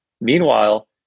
Meanwhile